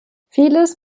vieles